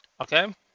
Okay